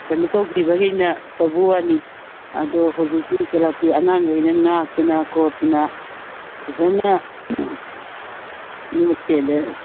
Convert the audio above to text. ꯀꯩꯅꯣ ꯇꯧꯒꯤꯕꯒꯤꯅ ꯇꯧꯕꯒꯤ ꯋꯥꯅꯤ ꯑꯗꯣ ꯍꯧꯖꯤꯛꯇꯤ ꯀ꯭ꯂꯕꯀꯤ ꯑꯉꯥꯡꯉꯩꯅ ꯉꯥꯛꯇꯅ ꯈꯣꯠꯇꯅ ꯐꯖꯅ ꯉꯥꯛ ꯁꯦꯜꯂꯦ